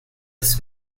this